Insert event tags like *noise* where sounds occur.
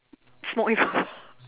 smoke with *noise*